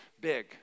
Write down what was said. big